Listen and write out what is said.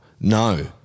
No